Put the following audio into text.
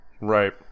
right